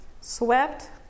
Swept